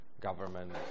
government